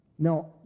No